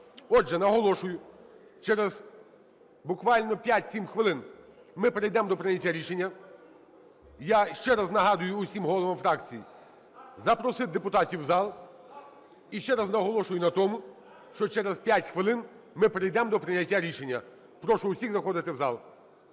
Отже, наголошую, через буквально 5-7 хвилин ми перейдемо до прийняття рішення. Я ще раз нагадую усім головам фракцій запросити депутатів в зал, і ще раз наголошую на тому, що через 5 хвилин ми перейдемо до прийняття рішення. Прошу усіх заходити в зал.